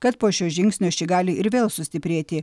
kad po šio žingsnio ši gali ir vėl sustiprėti